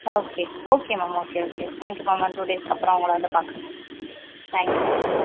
okay okay ma'am okay okay thank you ma'am நான் two டேஸ்க்கு அப்புறம் வந்து உங்களை பார்க்குறேன் தேங்க் யூ மேம்